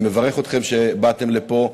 אני מברך אתכם שבאתם לפה.